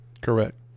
Correct